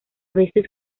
veces